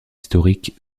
historiques